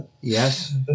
yes